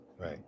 Right